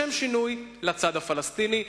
לשם שינוי, לצד הפלסטיני.